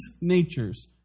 nature's